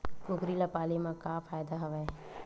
कुकरी ल पाले म का फ़ायदा हवय?